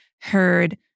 heard